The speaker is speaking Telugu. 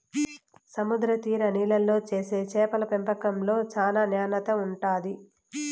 సముద్ర తీర నీళ్ళల్లో చేసే చేపల పెంపకంలో చానా నాణ్యత ఉంటాది